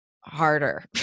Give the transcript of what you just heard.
harder